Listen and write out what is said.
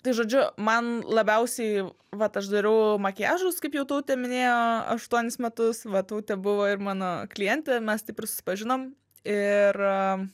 tai žodžiu man labiausiai vat aš dariau makiažus kaip jau tautė minėjo aštuonis metus va tautė buvo ir mano klientė mes taip ir susipažinom ir